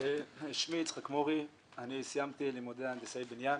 שמי יצחק מורי, אני סיימתי לימודי הנדסאי בניין,